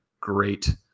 great